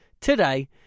today